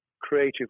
creative